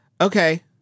Okay